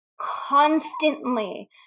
constantly